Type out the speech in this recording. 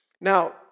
Now